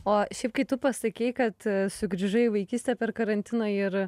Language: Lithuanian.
o šiaip kai tu pasakei kad sugrįžai į vaikystę per karantiną ir